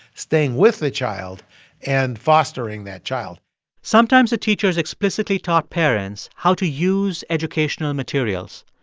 staying with the child and fostering that child sometimes the teachers explicitly taught parents how to use educational materials.